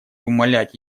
умалять